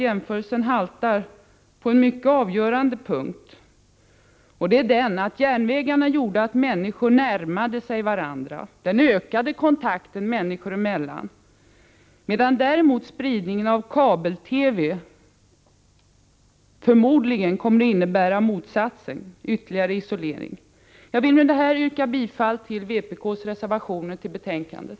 Jämförelsen haltar dock på en mycket avgörande punkt. Järnvägarna gjorde att människor närmade sig varandra. Järnvägarna ökade kontakten människor emellan. Spridningen av kabel-TV däremot kommer förmodligen att innebära motsatsen — ytterligare isolering. Med detta yrkar jag bifall till vpk:s reservationer till betänkandet.